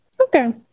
Okay